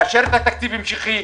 לאשר את ההתקציב ההמשכי,